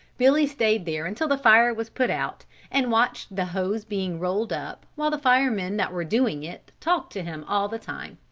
billy stayed there until the fire was put out and watched the hose being rolled up, while the firemen that were doing it talked to him all the time.